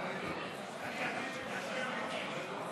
אני,